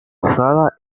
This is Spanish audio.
usada